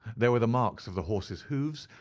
there were the marks of the horse's hoofs,